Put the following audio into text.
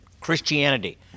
Christianity